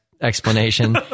explanation